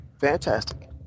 fantastic